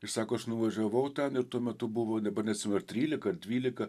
ir sako aš nuvažiavau ten ir tuo metu buvo dabar neatsimenu ar trylika ar dvylika